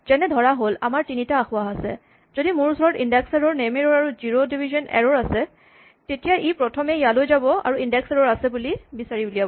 যেনে ধৰাহ'ল আমাৰ তিনিটা আসোঁৱাহ আছে যদি মোৰ ওচৰত ইনডেক্স এৰ'ৰ নেম এৰ'ৰ আৰু জিৰ' ডিভিজন এৰ'ৰ আছে তেতিয়া ই প্ৰথমে ইয়ালৈ যাব আৰু ইনডেক্স এৰ'ৰ আছে বুলি বিচাৰি উলিয়াব